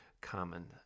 common